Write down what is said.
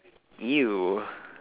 !eww!